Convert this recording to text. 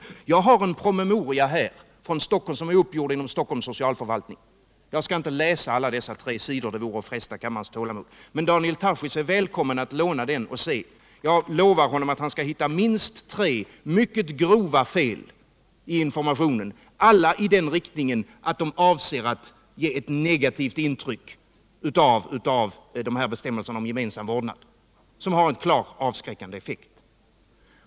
Jag har här en promemoria som är utarbetad inom Stockholms socialförvaltning. Jag skall inte läsa alla dessa tre sidor — det vore att fresta kammarens tålamod. Men Daniel Tarschys är välkommen att låna den. Jag lovar att han kommer att hitta minst tre mycket grova fel i informationen, alla i den riktningen att de avser att ge ett negativt intryck av bestämmelserna om gemensam vårdnad och ha en klart avskräckande effekt.